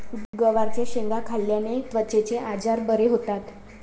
गवारच्या शेंगा खाल्ल्याने त्वचेचे आजार बरे होतात